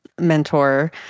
mentor